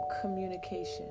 communication